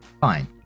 Fine